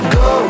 go